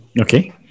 Okay